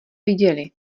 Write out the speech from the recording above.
viděli